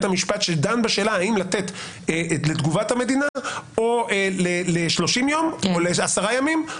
המשפט שדן בשאלה האם לתת לתגובת המדינה 30 ימים או 10 ימים או חודש.